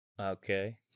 Okay